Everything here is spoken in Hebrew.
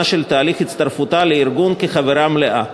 של תהליך הצטרפותה לארגון כחברה מלאה.